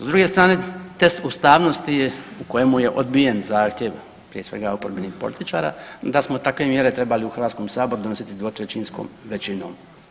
S druge strane test ustavnosti je u kojemu je odbijen zahtjev prije svega oporbenih političara da smo takve mjere trebali u Hrvatskom saboru donositi dvotrećinskom većinom.